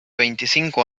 veinticinco